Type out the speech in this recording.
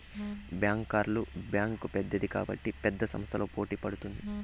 బ్యాంకర్ల బ్యాంక్ పెద్దది కాబట్టి పెద్ద సంస్థలతో పోటీ పడుతుంది